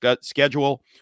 schedule